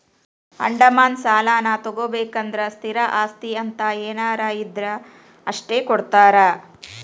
ಅಡಮಾನ ಸಾಲಾನಾ ತೊಗೋಬೇಕಂದ್ರ ಸ್ಥಿರ ಆಸ್ತಿ ಅಂತ ಏನಾರ ಇದ್ರ ಅಷ್ಟ ಕೊಡ್ತಾರಾ